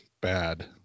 bad